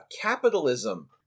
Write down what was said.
capitalism